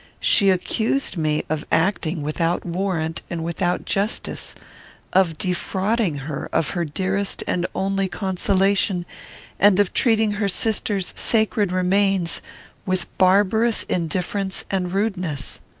she accused me of acting without warrant and without justice of defrauding her of her dearest and only consolation and of treating her sister's sacred remains with barbarous indifference and rudeness.